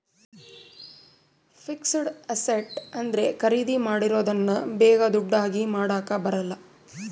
fixed asset ಅಂದ್ರೆ ಖರೀದಿ ಮಾಡಿರೋದನ್ನ ಬೇಗ ದುಡ್ಡು ಆಗಿ ಮಾಡಾಕ ಬರಲ್ಲ